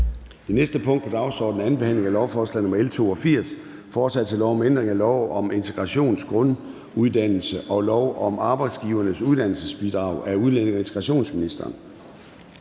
Det næste punkt på dagsordenen er: 26) 2. behandling af lovforslag nr. L 82: Forslag til lov om ændring af lov om integrationsgrunduddannelse (igu) og lov om Arbejdsgivernes Uddannelsesbidrag. (Videreførelse og udvidelse